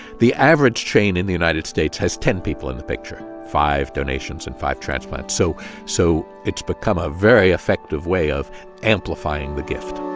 the average chain in the united states has ten people in the picture five donations and five transplants. so so it's become a very effective way of amplifying the gift